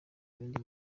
ibindi